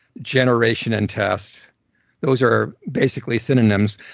generation and test those are basically synonyms.